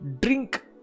Drink